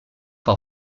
par